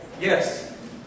Yes